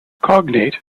cognate